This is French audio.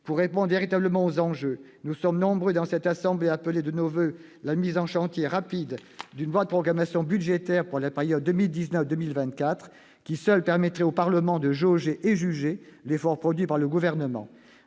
Pour répondre véritablement aux enjeux, nous sommes nombreux dans cette assemblée à appeler de nos voeux la mise en chantier rapide d'une loi de programmation budgétaire pour la période 2019-2024, qui seule permettrait au Parlement de jauger et juger l'effort produit par le Gouvernement.